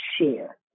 share